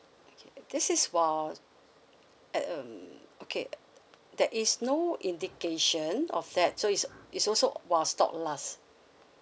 okay this is while at um okay there is no indication of that so is is also while stock last